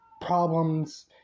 Problems